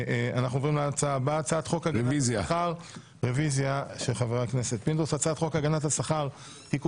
הצבעה בעד ההצעה להעביר את הצעות החוק לוועדה 4 נגד,